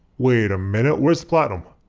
wait a minute, where's the platinum?